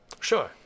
Sure